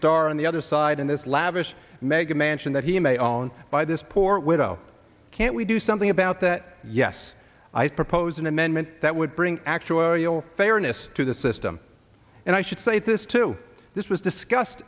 star on the other side in this lavish mega mansion that he may own by this poor widow can't we do something about that yes i have proposed an amendment that would bring actuarial fairness to the system and i should say this to this was discussed